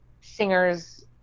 singers